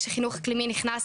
כשחינוך אקלימי נכנס